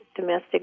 domestic